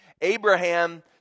Abraham